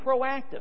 proactive